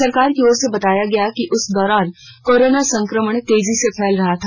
सरकार की ओर से बताया गया कि उस दौरान कोरोना संक्रमण तेजी से फैल रहा था